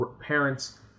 parents